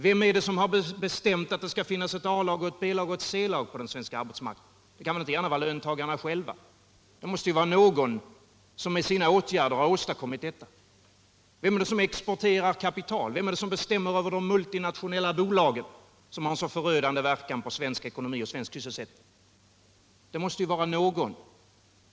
Vem är det som har bestämt att det skall finnas A-lag, B-lag och C-lag på den svenska arbetsmarknaden? Det kan väl inte gärna vara löntagarna själva? Det måste vara någon som med sina åtgärder har åstadkommit detta. Vem är det som exporterar kapital? Vem är det som bestämmer över de multinationella bolagen, som har så förödande verkan på svensk ekonomi och svensk sysselsättning? Det måste vara någon.